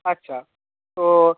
আচ্ছা তো